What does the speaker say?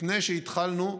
זה לפני שהתחלנו בתוכנית,